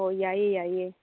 ꯍꯣꯏ ꯌꯥꯏꯌꯦ ꯌꯥꯏꯌꯦ